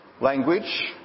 language